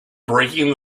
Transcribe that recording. breaking